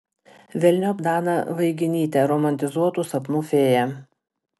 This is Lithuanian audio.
velniop daną vaiginytę romantizuotų sapnų fėją